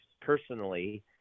personally